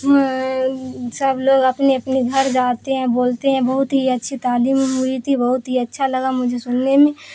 سب لوگ اپنے اپنے گھر جاتے ہیں بولتے ہیں بہت ہی اچھی تعلیم ہوئی تھی بہت ہی اچھا لگا مجھے سننے میں